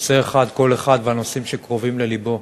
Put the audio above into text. נושא אחד, כל אחד והנושאים שקרובים ללבו: